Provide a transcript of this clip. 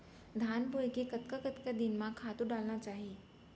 धान बोए के कतका कतका दिन म खातू डालना चाही?